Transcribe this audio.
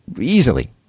easily